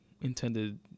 intended